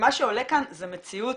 מה שעולה כאן זו מציאות